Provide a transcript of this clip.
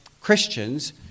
Christians